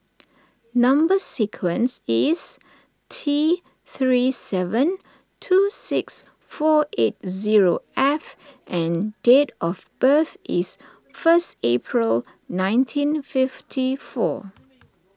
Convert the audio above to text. Number Sequence is T three seven two six four eight zero F and date of birth is first April nineteen fifty four